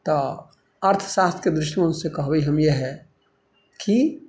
तऽ अर्थशास्त्रके दृष्टिकोणसँ कहबै हम इहे की